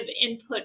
input